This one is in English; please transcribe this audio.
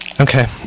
Okay